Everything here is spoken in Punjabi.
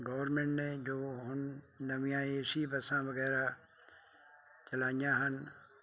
ਗੋਰਮੈਂਟ ਨੇ ਜੋ ਹੁਣ ਨਵੀਆਂ ਏ ਸੀ ਬੱਸਾਂ ਵਗੈਰਾ ਚਲਾਈਆਂ ਹਨ